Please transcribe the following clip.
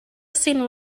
soon